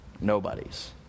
nobody's